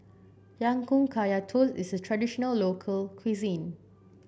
Ya Kun Kaya Toast is a traditional local cuisine